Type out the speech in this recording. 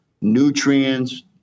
nutrients